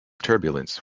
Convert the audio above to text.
turbulence